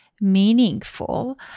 meaningful